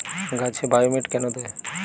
গাছে বায়োমেট কেন দেয়?